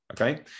okay